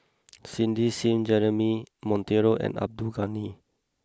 Cindy Sim Jeremy Monteiro and Abdul Ghani